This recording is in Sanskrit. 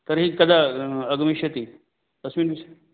तर्हि कदा आगमिष्यति कस्मिन् विषये